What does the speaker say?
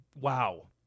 Wow